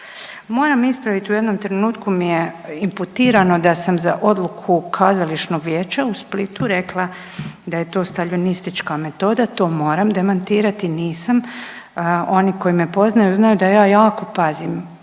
Moram ispraviti, u jednom trenutku mi je imputirano da sam za odluku kazališnog vijeća u Splitu rekla da je to staljinistička metoda, to moram demantirati, nisam. Oni koji me poznaju znaju da ja jako pazim